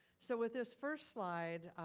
so with this first slide,